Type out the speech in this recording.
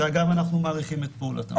שאנחנו מעריכים את פעולתם.